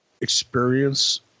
Experience